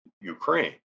Ukraine